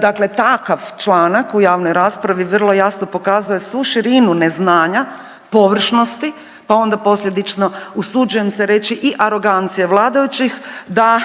Dakle, takav članak u javnoj raspravi vrlo jasno pokazuje svu širinu neznanja, površnosti, pa onda posljedično usuđujem se reći i arogancije vladajućih da